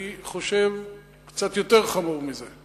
כי אני חושב קצת יותר חמור מזה.